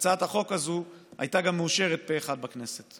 הצעת החוק הזאת תהיה מאושרת פה אחד בכנסת.